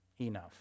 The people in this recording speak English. enough